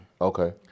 Okay